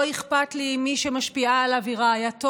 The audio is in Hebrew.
לא אכפת לי אם מי שמשפיעה עליו היא רעייתו,